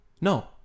No